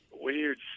Weird